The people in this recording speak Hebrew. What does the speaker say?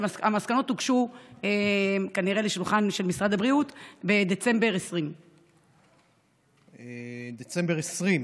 המסקנות הוגשו כנראה לשולחן משרד הבריאות בדצמבר 2020. דצמבר 2020?